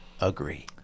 agree